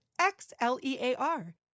X-L-E-A-R